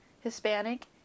Hispanic